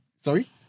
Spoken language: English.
Sorry